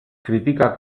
crítica